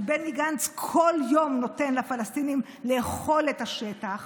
כי בני גנץ כל יום נותן לפלסטינים לאכול את השטח,